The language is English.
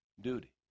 duty